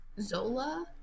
Zola